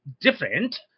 different